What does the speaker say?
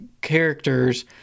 characters